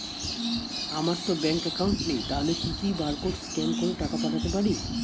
আমারতো bank account নেই তাহলে কি কি বারকোড স্ক্যান করে টাকা পাঠাতে পারি?